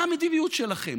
מה המדיניות שלכם?